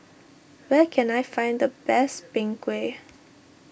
where can I find the best Png Kueh